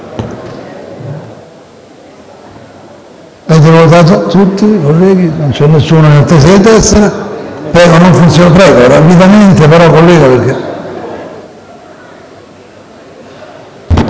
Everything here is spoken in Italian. non c'è nessuno